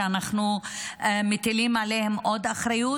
שבהם אנחנו מטילים עליהם עוד אחריות,